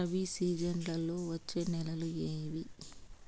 రబి సీజన్లలో వచ్చే నెలలు ఏవి?